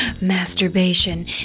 Masturbation